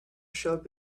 showed